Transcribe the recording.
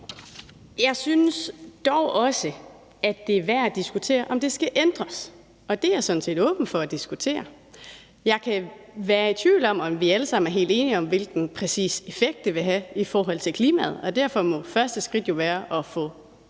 Jeg synes dog også, det er værd at diskutere, om det skal ændres, og det er jeg sådan set åben for at diskutere. Jeg kan være i tvivl om, om vi alle sammen er helt enige om, præcis hvilken effekt det vil have i forhold til klimaet, og derfor må første skridt jo være at få